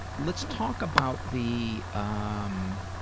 let's talk about the, ah um